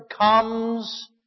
comes